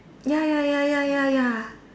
ya ya ya ya ya ya